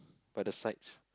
by the sides